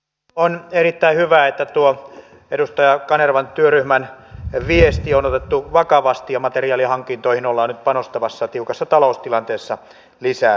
on erittäin hyvä että tuo edustaja kanervan työryhmän viesti on otettu vakavasti ja materiaalihankintoihin ollaan nyt panostamassa tiukassa taloustilanteessa lisää